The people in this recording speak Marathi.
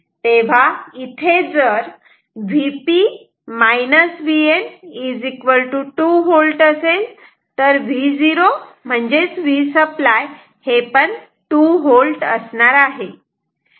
तेव्हा इथे जर Vp Vn 2V असे असेल तर V0 Vसप्लाय 2V असणार आहे